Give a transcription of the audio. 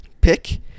pick